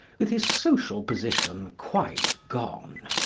with his social position quite gone.